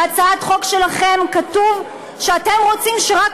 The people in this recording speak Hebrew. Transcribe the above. בהצעת החוק שלכם כתוב שאתם רוצים שרק